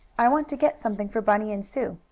i want to get something for bunny and sue.